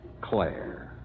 Claire